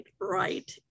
right